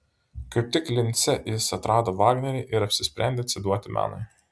kaip tik lince jis atrado vagnerį ir apsisprendė atsiduoti menui